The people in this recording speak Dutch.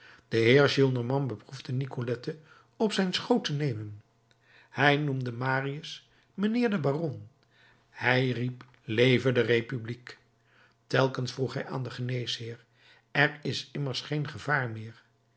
de heer gillenormand beproefde nicolette op zijn schoot te nemen hij noemde marius mijnheer den baron hij riep leve de republiek telkens vroeg hij aan den geneesheer er is immers geen gevaar meer